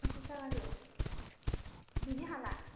फन्सास थाखासो बिनि हाला